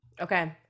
Okay